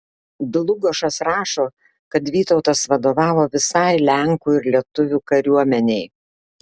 dlugošas rašo kad vytautas vadovavo visai lenkų ir lietuvių kariuomenei